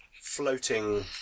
floating